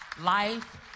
life